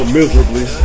miserably